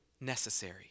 necessary